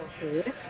food